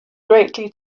greatly